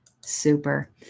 super